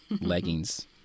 leggings